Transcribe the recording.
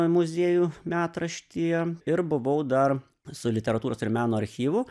muziejų metraštyje ir buvau dar su literatūros ir meno archyvu